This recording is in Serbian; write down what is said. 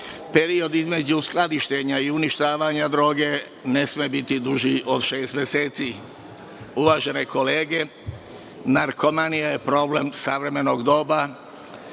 period između skladištenja i uništavanja droge ne sme biti duži od šest meseci. Uvažene kolege, narkomanija je problem savremenog doba